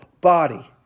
body